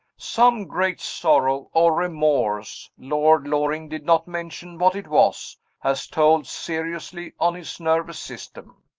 some great sorrow or remorse lord loring did not mention what it was has told seriously on his nervous system,